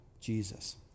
Jesus